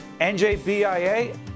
NJBIA